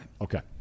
Okay